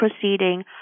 proceeding